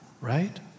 Right